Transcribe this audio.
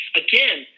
again